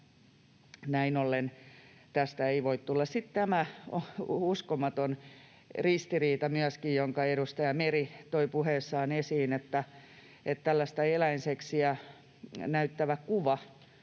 näin ollen tästä ei voi tulla... Sitten tämä uskomaton ristiriita myöskin, jonka edustaja Meri toi puheessaan esiin, että tällaista eläinseksiä näyttävän kuvan